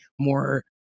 more